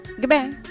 Goodbye